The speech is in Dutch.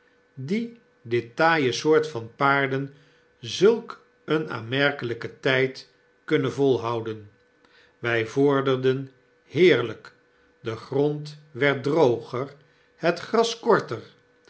dien dit taaie soort van paarden zulk een aanmerkelyken tyd kunnen volhouden wy vorderden heerlyk de grond werd droger het gras korter